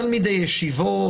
תלמידי ישיבות,